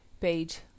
page